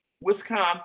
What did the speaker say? Wisconsin